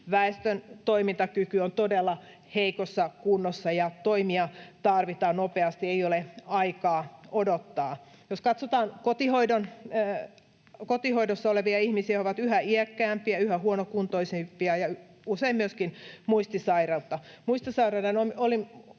väestön toimintakyky on todella heikossa kunnossa, ja toimia tarvitaan nopeasti. Ei ole aikaa odottaa. Jos katsotaan kotihoidossa olevia ihmisiä, he ovat yhä iäkkäämpiä, yhä huonokuntoisempia ja usein myöskin muistisairaita.